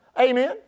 Amen